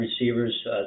receivers